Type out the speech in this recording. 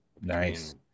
Nice